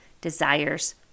desires